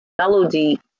melody